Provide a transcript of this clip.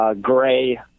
gray